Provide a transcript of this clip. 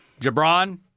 Jabron